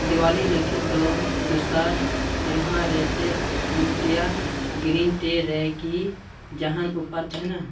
ᱫᱤᱣᱟᱞᱤ ᱞᱟᱹᱜᱤᱫ ᱫᱚ ᱫᱚᱥᱟᱨ ᱮᱢᱟᱦᱟᱨᱮ ᱪᱮᱫ ᱮᱢᱯᱮᱨᱤᱭᱟ ᱜᱨᱤᱱ ᱴᱤ ᱨᱮᱠᱤ ᱡᱟᱦᱟᱱ ᱚᱯᱷᱟᱨ ᱛᱟᱦᱮᱱᱟ